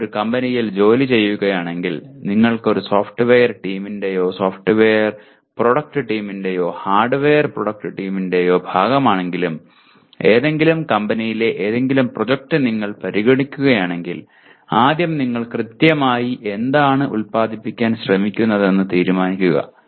നിങ്ങൾ ഒരു കമ്പനിയിൽ ജോലി ചെയ്യുകയാണെങ്കിൽ നിങ്ങൾ ഒരു സോഫ്റ്റ്വെയർ ടീമിന്റെയോ സോഫ്റ്റ്വെയർ പ്രൊഡക്റ്റ് ടീമിന്റെയോ ഹാർഡ്വെയർ പ്രൊഡക്റ്റ് ടീമിന്റെയോ ഭാഗമാണെങ്കിലും ഏതെങ്കിലും കമ്പനിയിലെ ഏതെങ്കിലും പ്രോജക്റ്റ് നിങ്ങൾ പരിഗണിക്കുകയാണെങ്കിൽ ആദ്യം നിങ്ങൾ കൃത്യമായി എന്താണ് ഉത്പാദിപ്പിക്കാൻ ശ്രമിക്കുന്നതെന്ന് തീരുമാനിക്കുക